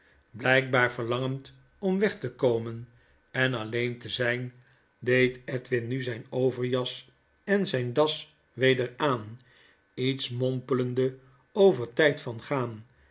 blykbaar verlangend om weg te komen en alleen te zyn deed edwin nu zijn overjas en zyn das weder aan iets mompelende over tjjd van gaan